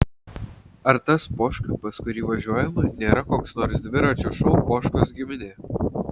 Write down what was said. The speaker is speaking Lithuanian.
ar tas poška pas kurį važiuojame nėra koks nors dviračio šou poškos giminė